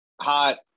hot